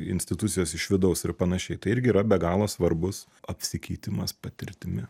institucijos iš vidaus ir panašiai tai irgi yra be galo svarbus apsikeitimas patirtimi